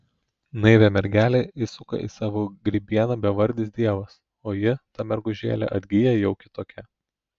naivią mergelę įsuka į savo grybieną bevardis dievas o ji ta mergužėlė atgyja jau kitokia